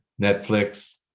Netflix